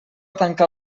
tancar